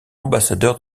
ambassadeur